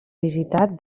visitat